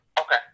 Okay